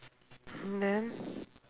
then